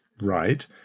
right